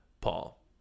Paul